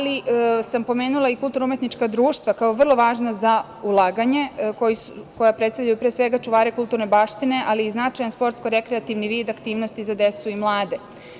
Pomenula sam i kulturno-umetnička društva kao vrlo važna za ulaganje, koja predstavljaju pre svega čuvare kulturne baštine, ali i značajan sportsko-rekreativan vid aktivnosti za decu mlade.